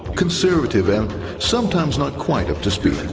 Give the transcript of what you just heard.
conservative, and sometimes not quite up to speed.